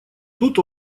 тут